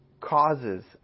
causes